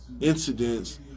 incidents